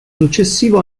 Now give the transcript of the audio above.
successivo